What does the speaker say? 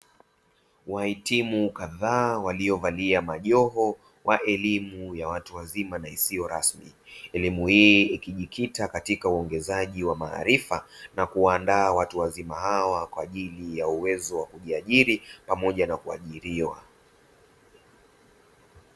Wahitimu kadhaa waliovalia majoho wa elimu ya watu wazima na isiyo rasmi. Elimu hii ikijikita katika uongezaji wa maarifa na kuwaandaa watu wazima hawa kwa ajili ya uwezo wa kujiajiri pamoja na kuajiriwa.